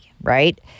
right